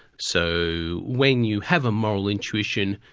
so when you have a moral intuition,